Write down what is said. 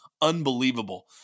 Unbelievable